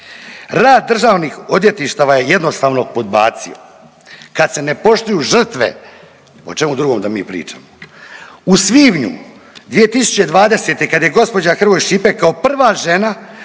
Rad državnih odvjetništava je jednostavno podbacio. Kad se ne poštuju žrtve, o čemu drugom da mi pričamo. U svibnju 2020. kad je gospođa Hrvoj Šipek kao prva žena